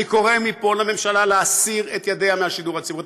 אני קורא מפה לממשלה להסיר את ידיה מהשידור הציבורי.